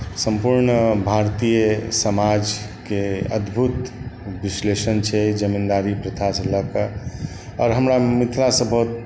सम्पूर्ण भारतीय समाजके अद्भुत विश्लेषण छै जमीन्दारी प्रथासँ लऽ कऽ आओर हमरा मिथिलासँ बहुत